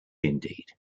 indeed